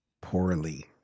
Poorly